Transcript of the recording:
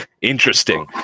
interesting